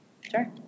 Sure